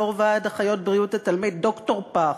יו"ר ועד אחיות בריאות התלמיד: דוקטור פח.